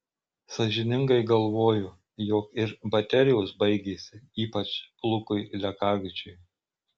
sąžiningai galvoju jog ir baterijos baigėsi ypač lukui lekavičiui